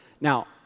Now